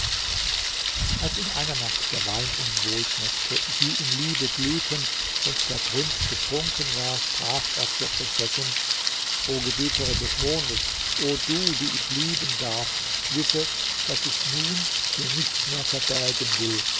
als in einer nacht der wein ihnen wohlschmeckte sie in liebe glühten und der prinz betrunken war sprach er zur prinzessin o gebieterin des mondes o du die ich lieben darf wisse daß ich nun dir nichts mehr verbergen will